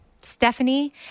Stephanie